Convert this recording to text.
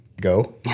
go